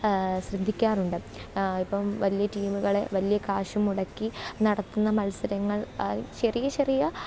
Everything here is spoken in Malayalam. ശ്രദ്ധിക്കാറുണ്ട് ഇപ്പം വലിയ ടീമുകൾ വലിയ കാശു മുടക്കി നടത്തുന്ന മത്സരങ്ങള് ചെറിയ ചെറിയ